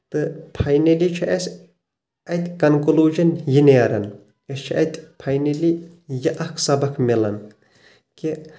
تہٕ فاینلی چھُ اسہِ اتۍ کنکلیوجن یہِ نیرن أسۍ چھِ اتہِ فاینلی یہِ اکھ سبق مِلان کہِ